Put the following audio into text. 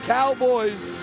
Cowboys